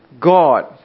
God